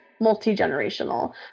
multi-generational